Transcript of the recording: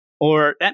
or-